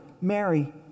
Mary